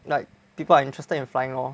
like people are interested in flying lor